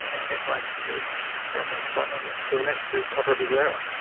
and and methylated spirits is extremely flammable. so the message is cupper beware.